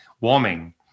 warming